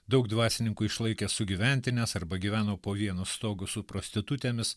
daug dvasininkų išlaikė sugyventines arba gyveno po vienu stogu su prostitutėmis